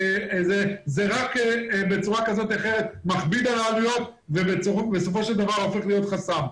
זה מכביד על העלויות ובסופו של דבר הופך להיות חסם.